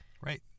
Right